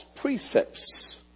precepts